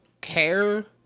care